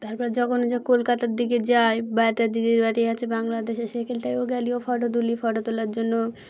তারপর যখনও যা কলকাতার দিকে যায় বা এটা দিদির বাড়ি আছে বাংলাদেশে সেখানটাইও গেলেও ফটো তুলি ফটো তোলার জন্য